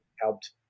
helped